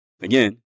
Again